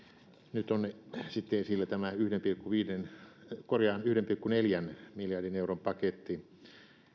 nyt on sitten esillä tämä yhden pilkku neljän miljardin euron paketti